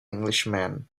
englishman